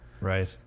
Right